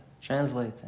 translate